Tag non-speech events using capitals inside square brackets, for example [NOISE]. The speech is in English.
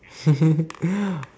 [LAUGHS]